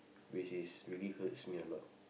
which is really hurts me a lot